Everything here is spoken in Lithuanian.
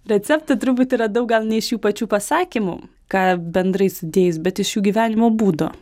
receptą truputį radau gal ne iš jų pačių pasakymų ką bendrai sudėjus bet iš jų gyvenimo būdo